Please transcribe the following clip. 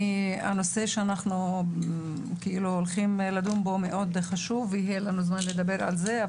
הנושא שאנחנו הולכים לדון בו מאוד חשוב ויהיה לנו זמן לדבר על זה.